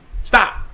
stop